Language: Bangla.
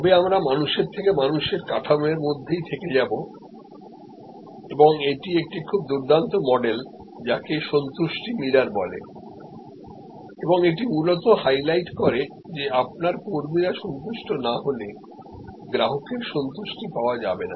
তবে আমরা মানুষের থেকে মানুষের কাঠামোর মধ্যে থেকে যাব এবং এটি একটি খুব দুর্দান্ত মডেল যাকে সন্তুষ্টি মিরর বলে এবং এটি মূলত হাইলাইট করে যে আপনার কর্মীরা সন্তুষ্ট না হলে গ্রাহকের সন্তুষ্টি পাওয়া যাবে না